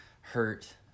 hurt